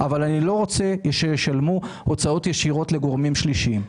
אבל אני לא רוצה שישלמו הוצאות ישירות לגורמים שלישיים.